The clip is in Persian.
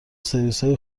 سرویسهای